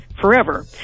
forever